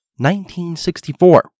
1964